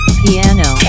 piano